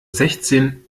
sechzehn